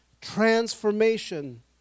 Transformation